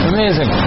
Amazing